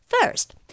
First